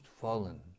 fallen